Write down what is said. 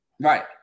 Right